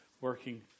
working